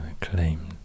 claimed